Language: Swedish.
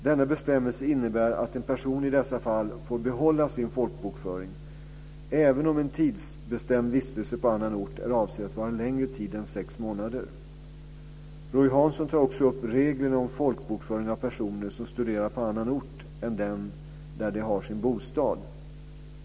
Denna bestämmelse innebär att en person i dessa fall får behålla sin folkbokföring även om en tidsbestämd vistelse på annan ort är avsedd att vara längre tid än sex månader. Roy Hansson tar också upp reglerna om folkbokföring av personer som studerar på annan ort än den där de har sin bostad.